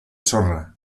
sorra